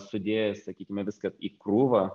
sudėję sakykime viską į krūvą